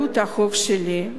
ואני מסכימה.